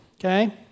Okay